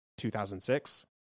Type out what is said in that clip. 2006